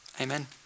amen